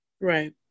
right